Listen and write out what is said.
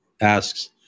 asks